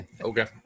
Okay